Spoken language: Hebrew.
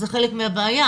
זה חלק מהבעיה.